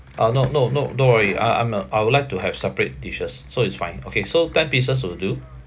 ah no no no don't worry uh I'm uh I would like to have separate dishes so it's fine okay so ten pieces will do